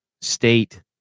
State